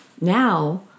Now